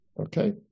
Okay